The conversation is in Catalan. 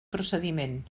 procediment